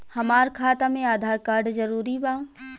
हमार खाता में आधार कार्ड जरूरी बा?